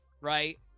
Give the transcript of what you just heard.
right